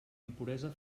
impuresa